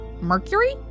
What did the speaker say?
Mercury